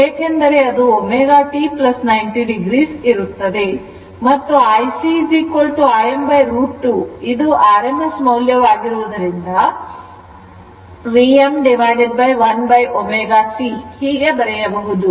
ಏಕೆಂದರೆ ಅದು ω t 90 o ಇರುತ್ತದೆ ಮತ್ತು IC Im√ 2ಇದು rms ಮೌಲ್ಯ ವಾಗಿರುವುದರಿಂದ Vm1ω C ಹೀಗೆ ಬರೆಯಬಹುದು